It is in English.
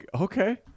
okay